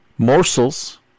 morsels